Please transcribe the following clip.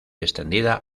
extendida